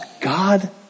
God